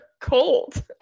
cold